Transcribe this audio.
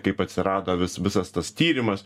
kaip atsirado vis visas tas tyrimas